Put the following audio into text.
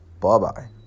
Bye-bye